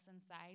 inside